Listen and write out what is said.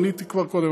עניתי כבר קודם,